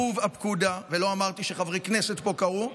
ולא אמרתי שחברי כנסת פה קראו,